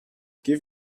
give